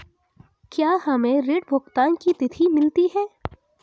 क्या हमें ऋण भुगतान की तिथि मिलती है?